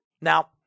Now